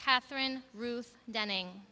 catherine ruth downing